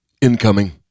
Incoming